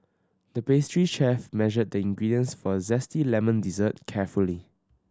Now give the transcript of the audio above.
the pastry chef measured the ingredients for a zesty lemon dessert carefully